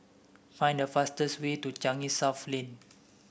find the fastest way to Changi South Lane